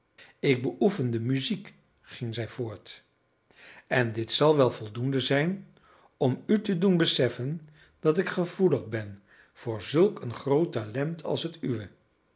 ik beoefen de muziek ging zij voort en dit zal wel voldoende zijn om u te doen beseffen dat ik gevoelig ben voor zulk een groot talent als het uwe